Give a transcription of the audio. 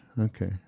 Okay